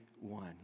One